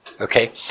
okay